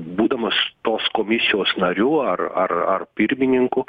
būdamas tos komisijos nariu ar ar ar pirmininku